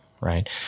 right